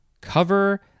cover